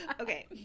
Okay